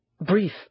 brief